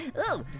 ooh,